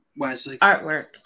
artwork